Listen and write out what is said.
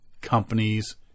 companies